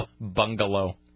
Bungalow